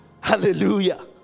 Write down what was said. hallelujah